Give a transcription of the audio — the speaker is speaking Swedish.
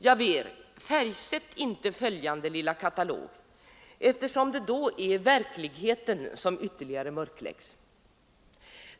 Jag ber, färgsätt inte följande lilla katalog eftersom det då är verkligheten som ytterligare mörkläggs.